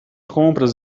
compras